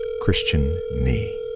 kristian nee